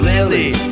Lily